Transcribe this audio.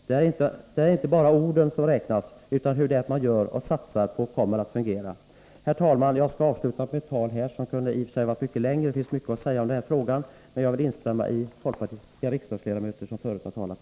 Det är inte bara orden som räknas, utan hur det man gör och satsar på kommer att fungera. Herr talman! Jag skall avsluta mitt tal här, även om det i och för sig kunde ha varit mycket längre, för det finns mycket att säga om den här frågan. Jag instämmer i de anföranden som folkpartistiska riksdagsledamöter tidigare hållit.